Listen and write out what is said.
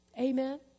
Amen